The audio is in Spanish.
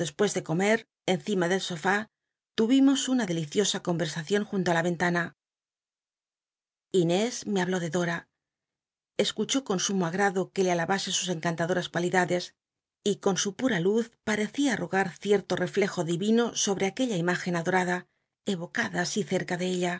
de comer encima del som tmimos una delienlana inés me habló de dora escuchó con sumo agrado qu e le alabase sus cncantadoras cual idades y con su pura luz par ccia arrojar'cier lo renejo divino sobre aquella im igen adol'ada evocada asi cerca de ella